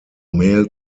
male